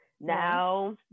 Now